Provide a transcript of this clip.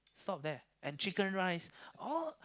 stop there and chicken rice all